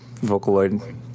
Vocaloid